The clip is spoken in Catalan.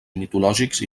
mitològics